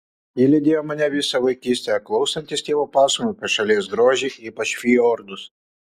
ji lydėjo mane visą vaikystę klausantis tėvo pasakojimų apie šalies grožį ypač fjordus